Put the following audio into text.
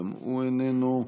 גם הוא איננו,